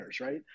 Right